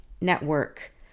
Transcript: network